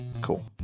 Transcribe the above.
cool